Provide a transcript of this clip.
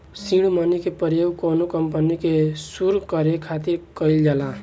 seed money के प्रयोग कौनो कंपनी के सुरु करे खातिर कईल जाला